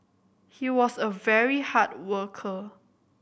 he was a very hard worker